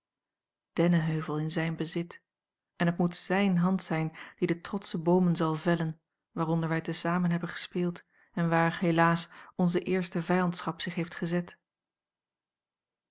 dennenheuvel in zijn bezit en het moet zijne hand zijn die de trotsche boomen zal vellen waaronder wij te zamen hebben gespeeld en waar helaas onze eerste vijandschap zich heeft gezet